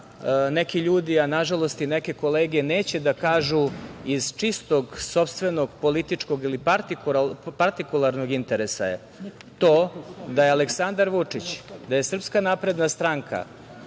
neki ljudi, a nažalost i neke kolege neće da kažu, iz čistog sopstvenog političkog ili partikularnog interesa, je to da je Aleksandar Vučić, da je SNS sve ove godine